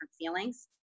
feelings